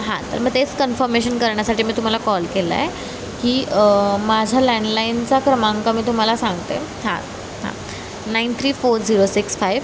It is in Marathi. हां तर म तेच कन्फर्मेशन करण्यासाठी मी तुम्हाला कॉल केला आहे की माझा लँडलाईनचा क्रमांक मी तुम्हाला सांगते हां हां nine three four zero six five